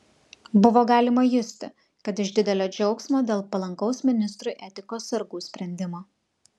buvo galima justi kad iš didelio džiaugsmo dėl palankaus ministrui etikos sargų sprendimo